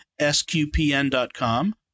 sqpn.com